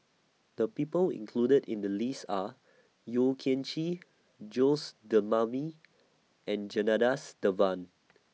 The People included in The list Are Yeo Kian Chye Jose and Janadas Devan